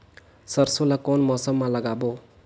सरसो ला कोन मौसम मा लागबो?